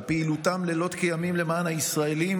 על פעילותם לילות כימים למען הישראלים